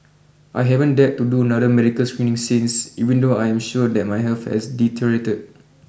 I haven't dared to do another medical screening since even though I am sure that my health has deteriorated